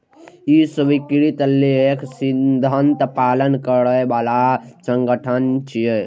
ई स्वीकृत लेखा सिद्धांतक पालन करै बला संगठन छियै